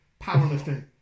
powerlifting